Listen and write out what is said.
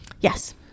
Yes